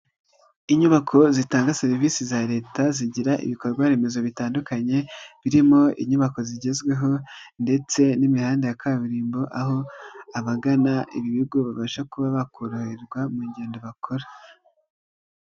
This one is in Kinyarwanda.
Inyubako zitanga serivisi za Leta zigira ibikorwaremezo bitandukanye birimo inyubako zigezweho ndetse n'imihanda ya kaburimbo aho abagana ibi bigo babasha kuba bakoroherwa mu ngendo bakora.